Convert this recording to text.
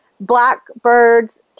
Blackbirds